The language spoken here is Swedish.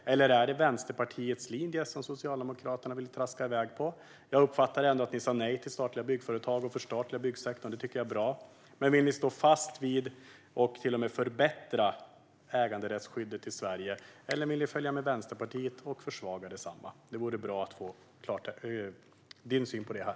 Eller är det Vänsterpartiets linje som Socialdemokraterna vill traska iväg på? Jag uppfattade ändå att ni sa nej till statliga byggföretag och till att förstatliga byggsektorn, och det tycker jag är bra. Men vill ni stå fast vid och till och med förbättra äganderättsskyddet i Sverige, eller vill ni följa med Vänsterpartiet och försvaga detsamma? Det vore bra att få din syn på det här.